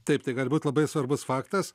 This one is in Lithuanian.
taip tai gali būt labai svarbus faktas